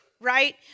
right